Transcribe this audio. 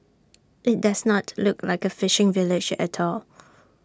IT does not look like A fishing village at all